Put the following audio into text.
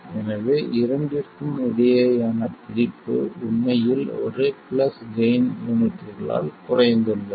எனவே இரண்டிற்கும் இடையேயான பிரிப்பு உண்மையில் ஒரு பிளஸ் கெய்ன் யூனிட்களால் குறைந்துள்ளது